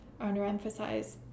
underemphasize